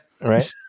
Right